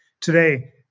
Today